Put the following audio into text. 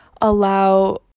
allow